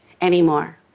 anymore